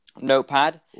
Notepad